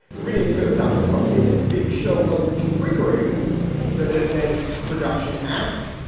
three days ago, donald trump made a big show of triggering the defense production act,